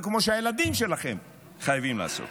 וכמו שהילדים שלכם חייבים לעשות.